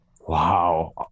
Wow